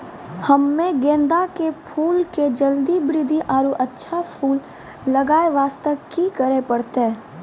हम्मे गेंदा के फूल के जल्दी बृद्धि आरु अच्छा फूल लगय वास्ते की करे परतै?